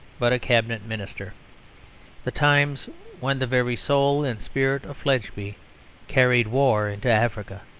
but a cabinet minister the times when the very soul and spirit of fledgeby carried war into africa.